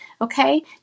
okay